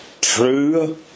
true